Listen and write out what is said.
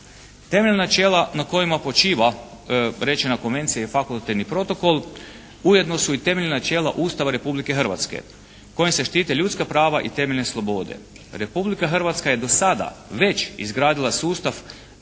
Temeljna načela na kojima počiva rečena konvencija i fakultativni protokol ujedno su i temeljna načela Ustava Republike Hrvatske kojim se štite ljudska prava i temeljne slobode. Republika Hrvatske je do sada već izgradila sustav prava osoba